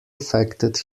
affected